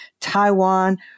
Taiwan